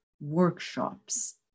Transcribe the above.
workshops